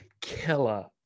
killer